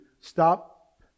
Stop